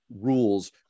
rules